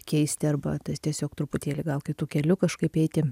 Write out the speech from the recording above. keisti arba tiesiog truputėlį gal kitu keliu kažkaip eiti